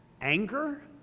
anger